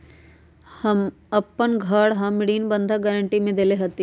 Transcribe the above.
अपन घर हम ऋण बंधक गरान्टी में देले हती